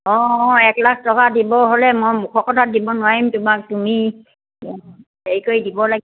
অঁ অঁ এক লাখ টকা দিব হ'লে মই মুখৰ কথাত দিব নোৱাৰিম তোমাক তুমি হেৰি কৰি দিব লাগিব